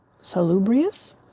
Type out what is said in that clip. salubrious